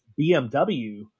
BMW